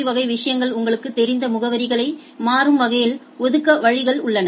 வகை விஷயங்கள் உங்களுக்குத் தெரிந்த முகவரிகளை டைனமிக் வகையில் ஒதுக்க வழிகள் உள்ளன